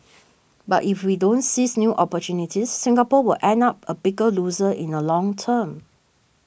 but if we don't seize new opportunities Singapore will end up a bigger loser in the long term